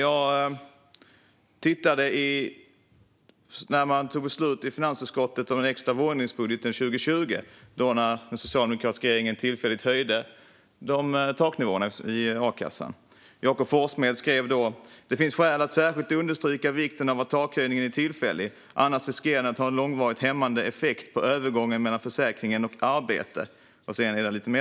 När finansutskottet tog beslut om en extra vårändringsbudget 2020, då den socialdemokratiska regeringen tillfälligt höjde taknivåerna i a-kassan, skrev Jakob Forssmed: "Men det finns skäl att särskilt understryka vikten av att takhöjningen är tillfällig, annars riskerar den att ha en långvarigt hämmande effekt på övergången mellan a-kassa och arbete.